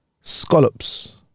scallops